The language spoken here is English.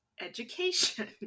education